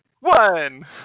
One